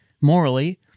morally